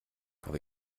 habe